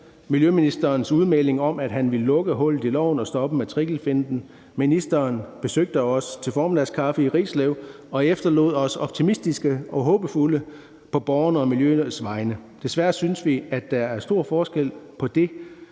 miljøministerens udmelding om, at han ville lukke hullet i loven og stoppe matrikelfinten. Ministeren besøgte os til formiddagskaffe i Rislev og efterlod os optimistiske og håbefulde på borgerne og miljøets vegne. Desværre synes vi, at der er stor forskel på det,